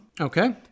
Okay